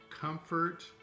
comfort